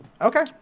Okay